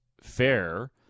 fair